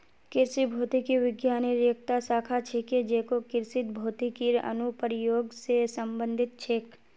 कृषि भौतिकी विज्ञानेर एकता शाखा छिके जेको कृषित भौतिकीर अनुप्रयोग स संबंधित छेक